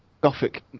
gothic